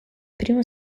primo